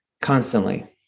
constantly